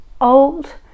old